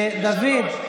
תיקח 500. ודוד,